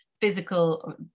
physical